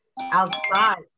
outside